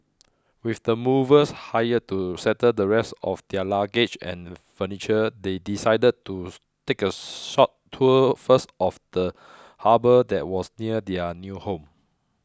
with the movers hired to settle the rest of their luggage and furniture they decided to take a short tour first of the harbour that was near their new home